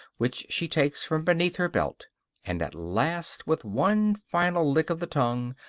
which she takes from beneath her belt and at last, with one final lick of the tongue,